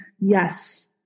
yes